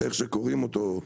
איך שקוראים לו,